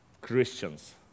Christians